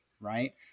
right